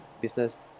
business